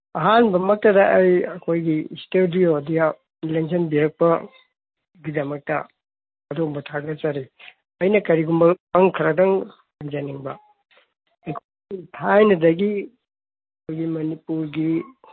ꯑꯍꯥꯟꯕ ꯃꯛꯇꯗ ꯑꯩ ꯑꯩꯈꯣꯏꯒꯤ ꯁ꯭ꯇꯨꯗꯤꯌꯣꯗ ꯂꯦꯡꯖꯤꯟꯕꯤꯔꯛꯄꯒꯤꯗꯃꯛꯇ ꯑꯗꯣꯝꯕꯨ ꯊꯥꯒꯠꯆꯔꯤ ꯑꯩꯅ ꯀꯔꯤꯒꯨꯝꯕ ꯋꯥꯍꯪ ꯈꯔꯗꯪ ꯍꯪꯖꯅꯤꯡꯕ ꯑꯩꯈꯣꯏ ꯊꯥꯏꯅꯗꯒꯤ ꯑꯩꯈꯣꯏꯒꯤ ꯃꯅꯤꯄꯨꯔꯒꯤ